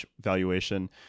valuation